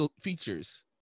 features